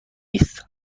است